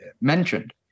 mentioned